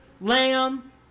lamb